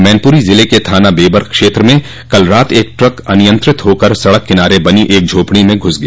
मैनपुरो जिले के थाना बेबर क्षेत्र में कल रात एक ट्रक अनियंत्रित होकर सड़क किनारे बनी एक झोपड़ी में घुस गया